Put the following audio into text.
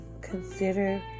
consider